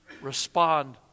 respond